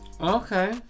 Okay